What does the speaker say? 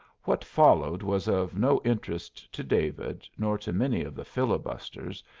what followed was of no interest to david, nor to many of the filibusters,